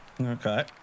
Okay